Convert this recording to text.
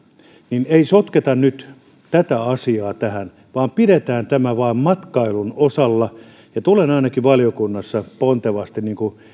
ei sotketa nyt tätä asiaa tähän vaan pidetään tämä vain matkailun osalla tulen ainakin valiokunnassa pontevasti